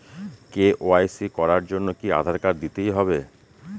KYC করার জন্য কি আধার কার্ড দিতেই হবে?